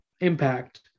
impact